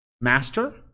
Master